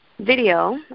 video